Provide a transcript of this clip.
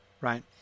right